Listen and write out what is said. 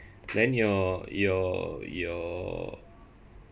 then your your your